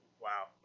Wow